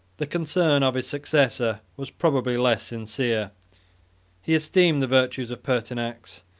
the concern of his successor was probably less sincere he esteemed the virtues of pertinax,